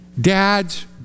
dad's